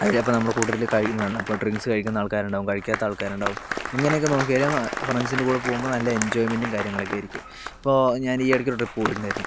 അതിൽ അപ്പോൾ നമ്മൾ കൂടുതലും ഇപ്പോൾ ഡ്രിങ്ക്സ് കഴിക്കുന്ന ആൾക്കാരുണ്ടാവും കഴിക്കാത്ത ആൾക്കാരുണ്ടാവും ഇങ്ങനെയൊക്കെ നോക്കി കഴിയുമ്പോൾ ഫ്രണ്ട്സിൻ്റെ കൂടെ പോകുമ്പോൾ നല്ല എൻജോയ്മെന്റും കാര്യങ്ങളൊക്കെ ആയിരിക്കും ഇപ്പോൾ ഞാൻ ഈ ഇടയ്ക്ക് ഒരു ട്രിപ്പ് പോയിട്ടുണ്ടായിരുന്നു